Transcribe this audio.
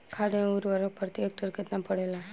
खाध व उर्वरक प्रति हेक्टेयर केतना पड़ेला?